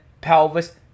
pelvis